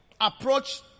approach